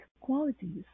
qualities